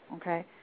Okay